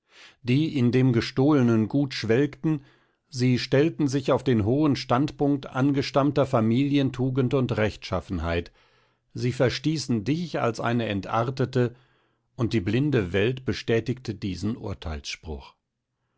die in dem gestohlenen gut schwelgten sie stellten sich auf den hohen standpunkt angestammter familientugend und rechtschaffenheit sie verstießen dich als eine entartete und die blinde welt bestätigte diesen urteilsspruch